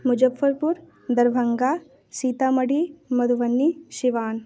Muzaffarpur Darbhanga Sitamarhi Madhubani Siwan